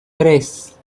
tres